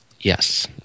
Yes